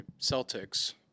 Celtics